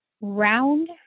round